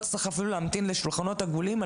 ולא צריך להמתין אפילו לשולחנות עגולים.